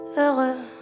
heureux